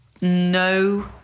no